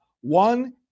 One